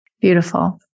Beautiful